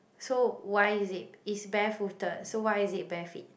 so why is it is barefooted so why is it bare feet